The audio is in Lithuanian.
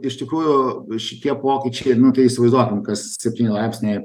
iš tikrųjų šitie pokyčiai nu tai įsivaizduokim kas septyni laipsniai